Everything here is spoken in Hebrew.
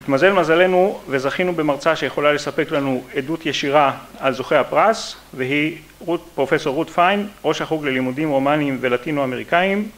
התמזל מזלנו וזכינו במרצה שיכולה לספק לנו עדות ישירה על זוכי הפרס, והיא פרופסור רות פיין, ראש החוג ללימודים הומניים ולטינו אמריקאים